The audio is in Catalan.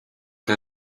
que